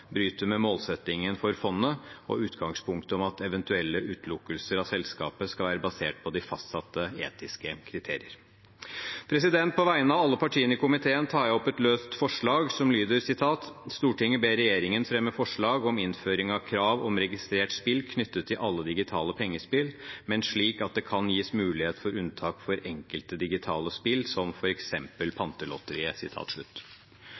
bryter med målsettingen for fondet og utgangspunktet om at eventuelle utelukkelser av selskapet skal være basert på de fastsatte etiske kriteriene. På vegne av alle partiene i komiteen tar jeg opp et løst forslag som lyder: «Stortinget ber regjeringen fremme forslag om innføring av krav om registrert spill knyttet til alle digitale pengespill, men slik at det kan gis mulighet for unntak for enkelte digitale spill som